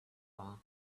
are